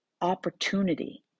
opportunity